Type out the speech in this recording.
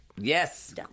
Yes